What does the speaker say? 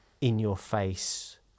in-your-face